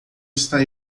está